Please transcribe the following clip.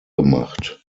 gemacht